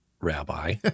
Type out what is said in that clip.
rabbi